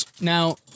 Now